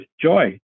joy